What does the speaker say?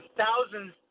thousands